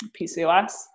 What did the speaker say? PCOS